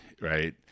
right